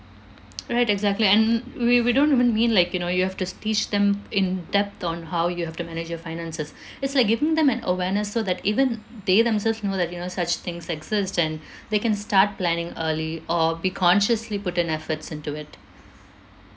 right exactly and we we don't even mean like you know you have to s~ teach them in depth on how you have to manage your finances it's like giving them an awareness so that even they themselves know that you know such things exist and they can start planning early or be consciously put in efforts into it